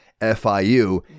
FIU